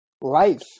life